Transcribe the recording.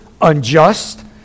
Unjust